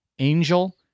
Angel